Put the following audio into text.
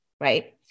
right